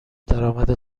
درآمد